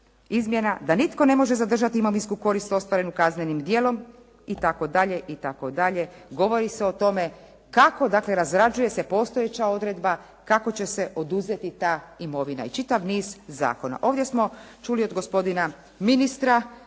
izmjena da nitko ne može zadržati imovinsku korist ostvarenu kaznenim djelom itd. govori se o tome kako razrađuje se postojeća odredba, kako će se oduzeti ta imovina i čitav niz zakona. Ovdje smo čuli od gospodina ministra kako